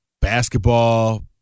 basketball